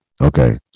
okay